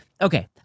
okay